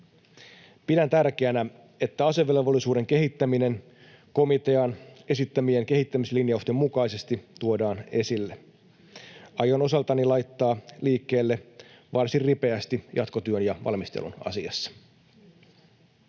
Pidän tärkeänä, että asevelvollisuuden kehittäminen komitean esittämien kehittämislinjausten mukaisesti tuodaan esille. Aion osaltani laittaa liikkeelle varsin ripeästi jatkotyön ja valmistelun asiassa.